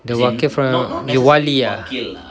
the wakil from your your wali ah